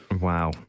wow